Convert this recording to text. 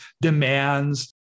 demands